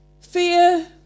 fear